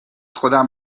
خودم